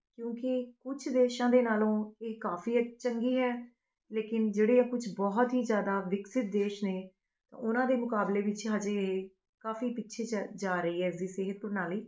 ਕਿਉਂਕਿ ਕੁਝ ਦੇਸ਼ਾਂ ਦੇ ਨਾਲੋ ਇਹ ਕਾਫੀ ਅੱ ਚੰਗੀ ਹੈ ਲੇਕਿਨ ਜਿਹੜੇ ਕੁਝ ਬਹੁਤ ਹੀ ਜ਼ਿਆਦਾ ਵਿਕਸਿਤ ਦੇਸ਼ ਨੇ ਉਹਨਾਂ ਦੇ ਮੁਕਾਬਲੇ ਵਿੱਚ ਹਜੇ ਕਾਫੀ ਪਿੱਛੇ 'ਚ ਜਾ ਰਹੀ ਹੈ ਅੱਜ ਦੀ ਸਿਹਤ ਪ੍ਰਣਾਲੀ